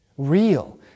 real